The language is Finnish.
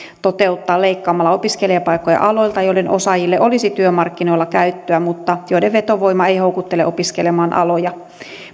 toteuttaa leikkaamalla opiskelijapaikkoja aloilta joiden osaajille olisi työmarkkinoilla käyttöä mutta joiden vetovoima ei houkuttele opiskelemaan aloja